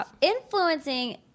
influencing